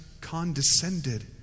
condescended